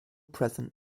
present